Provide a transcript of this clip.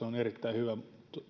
on erittäin hyvä